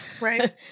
Right